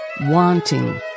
wanting